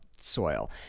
Soil